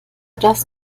das